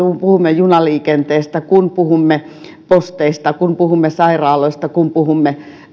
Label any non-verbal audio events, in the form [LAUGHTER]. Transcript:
[UNINTELLIGIBLE] kun puhumme junaliikenteestä kun puhumme posteista kun puhumme sairaaloista kun puhumme